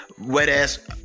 wet-ass